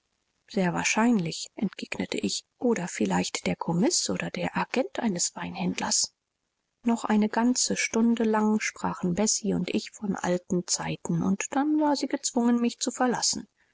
sehr wahrscheinlich entgegnete ich oder vielleicht der commis oder der agent eines weinhändlers noch eine ganze stunde lang sprachen bessie und ich von alten zeiten und dann war sie gezwungen mich zu verlassen